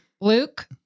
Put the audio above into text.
Luke